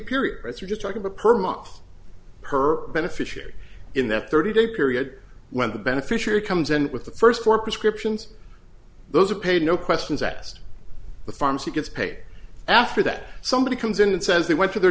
period but you're just talking about per month per beneficiary in that thirty day period when the beneficiary comes in with the first four prescriptions those are paid no questions asked the farm she gets paid after that somebody comes in and says they went to the